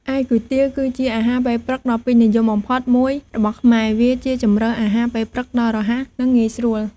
ឯគុយទាវ គឺជាអាហារពេលព្រឹកដ៏ពេញនិយមបំផុតមួយរបស់ខ្មែរ វាជាជម្រើសអាហារពេលព្រឹកដ៏រហ័ស និងងាយស្រួល។